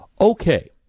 okay